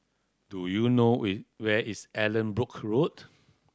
do you know where is Allanbrooke Road